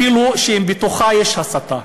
אפילו שבתוכה יש הסתה.